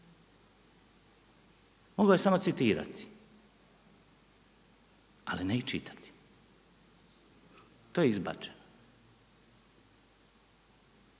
mogao je samo citirati ali ne i čitati. To je izbačeno.